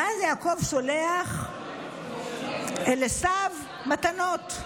ואז יעקב שולח אל עשו מתנות,